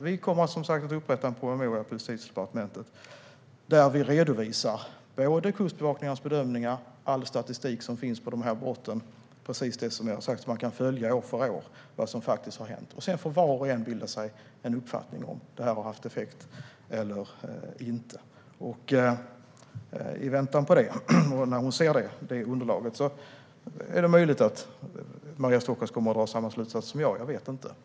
Vi kommer som sagt att upprätta en promemoria på Justitiedepartementet där vi redovisar både Kustbevakningens bedömningar och all statistik som finns för de här brotten, så att man kan följa år för år vad som har hänt, precis som jag sagt. Sedan får var och en bilda sig en uppfattning om huruvida det här har haft effekt eller inte. När Maria Stockhaus ser det underlaget är det möjligt att hon kommer att dra samma slutsats som jag. Jag vet inte.